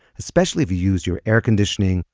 especially if you used your air conditioning,